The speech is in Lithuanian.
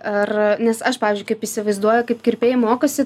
ar nes aš pavyzdžiui kaip įsivaizduoju kaip kirpėjai mokosi